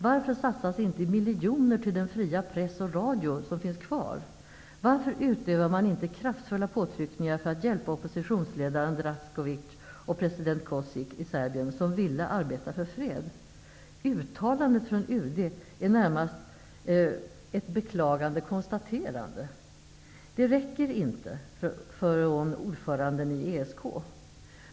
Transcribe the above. Varför satsas inte miljoner på den fria press och radio som finns kvar? Varför utövar man inte kraftfulla påtryckningar för att hjälpa oppositionsledaren Draskovic och president Cosic i Serbien, som vill arbeta för fred? Uttalandet från UD är närmast ett beklagande konstaterande. Det räcker inte från ordföranden i ESK.